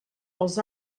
els